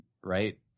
right